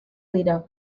dira